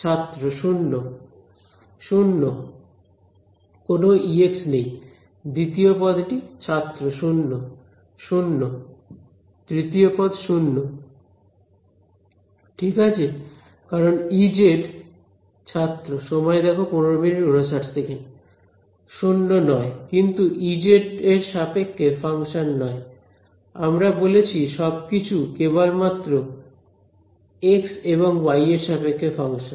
ছাত্র 0 0 কোন Ex নেই দ্বিতীয় পদটি ছাত্র 0 0 তৃতীয় পদ 0 ঠিক আছে কারণ Ez 0 নয় কিন্তু Ez জেড এর সাপেক্ষে ফাংশন নয় আমরা বলেছি সবকিছু কেবলমাত্র এক্স এবং ওয়াই এর সাপেক্ষে ফাংশন